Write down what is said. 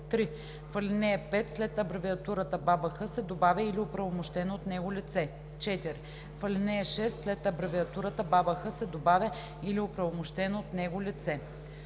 3. В ал. 5 след абревиатурата „БАБХ“ се добавя „или оправомощено от него лице“. 4. В ал. 6 след абревиатурата „БАБХ“ се добавя „или оправомощено от него лице“.“